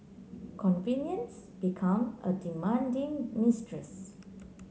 convenience become a demanding mistress